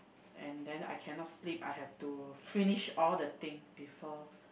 and then I cannot sleep I have to finish all the thing before